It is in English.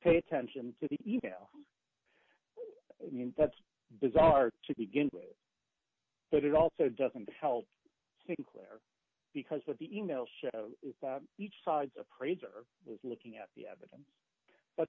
pay attention to the e mail that's bizarre to begin with but it also doesn't help to clear because what the e mails show is that each side's appraiser was looking at the evidence but